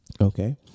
Okay